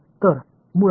तर मुळात